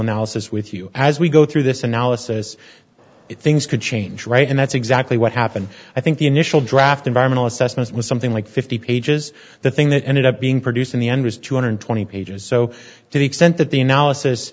analysis with you as we go through this analysis if things could change right and that's exactly what happened i think the initial draft environmental assessment was something like fifty pages the thing that ended up being produced in the end was two hundred twenty pages so to the extent that the analysis